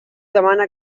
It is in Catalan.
demana